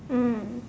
mm